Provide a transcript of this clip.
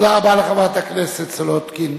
תודה רבה לחברת הכנסת סולודקין.